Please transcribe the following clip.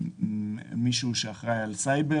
מישהו שאחראי על סייבר